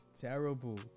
Terrible